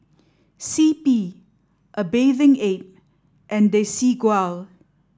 C P A Bathing Ape and Desigual